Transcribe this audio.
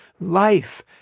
life